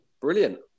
Brilliant